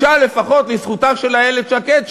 לפחות לזכותה של איילת שקד,